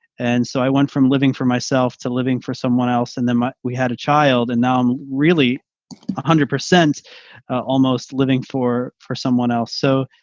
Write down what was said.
and so i went from living for myself to living for someone else and then we had a child and now i'm really one ah hundred percent almost living for for someone else. so